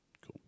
Cool